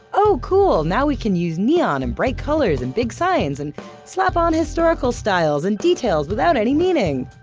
oh cool. now we can use neon and bright colors and big signs and slap on historical styles and details without any meaning.